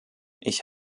ich